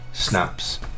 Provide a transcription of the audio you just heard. snaps